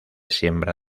siembra